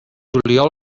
juliol